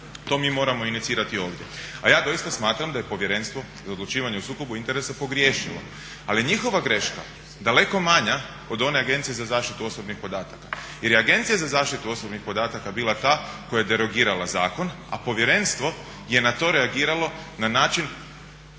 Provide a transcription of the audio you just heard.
to mi moramo inicirati ovdje. A ja doista smatram da je Povjerenstvo za odlučivanje o sukobu interesa pogriješilo. Ali je njihova greška daleko manja od one od Agencije za zaštitu osobnih podataka jer je Agencija za zaštitu osobnih podataka bila ta koja je derogirala zakon a povjerenstvo je na to reagiralo na način,